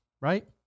Right